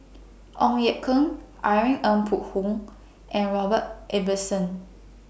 Ong Ye Kung Irene Ng Phek Hoong and Robert Ibbetson